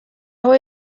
aho